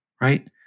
Right